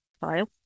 file